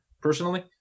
personally